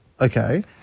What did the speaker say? Okay